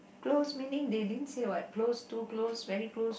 close meaning they didn't say what close two close very close